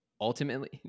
Ultimately